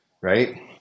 right